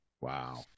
Wow